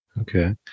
Okay